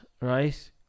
right